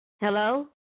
Hello